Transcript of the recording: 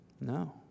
No